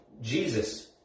Jesus